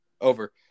Over